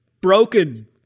broken